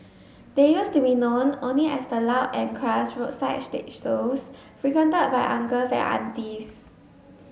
they used to be known only as the loud and crass roadside stage shows frequented by uncles and aunties